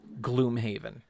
Gloomhaven